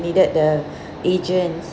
needed the agents